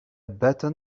button